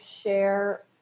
share